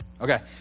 Okay